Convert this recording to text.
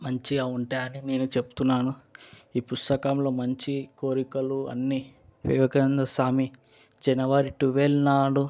మంచిగా ఉంటాయని నేను చెప్తున్నాను ఈ పుస్తకంలో మంచి కోరికలు అన్నీ వివేకానంద స్వామి జనవరి ట్వెల్వ్ నాడు